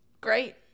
great